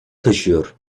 taşıyor